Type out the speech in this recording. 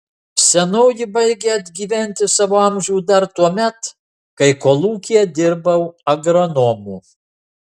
senoji baigė atgyventi savo amžių dar tuomet kai kolūkyje dirbau agronomu